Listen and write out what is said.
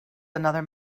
another